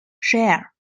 share